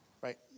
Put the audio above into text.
right